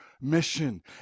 mission